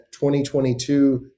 2022